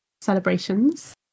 celebrations